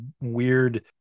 weird